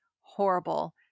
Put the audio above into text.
horrible